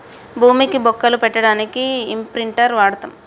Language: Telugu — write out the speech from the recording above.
భూమికి బొక్కలు పెట్టడానికి ఇంప్రింటర్ వాడతం